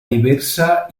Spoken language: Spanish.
diversa